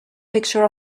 picture